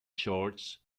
shorts